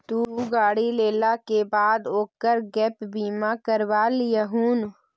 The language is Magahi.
तु गाड़ी लेला के बाद ओकर गैप बीमा भी करवा लियहून